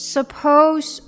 Suppose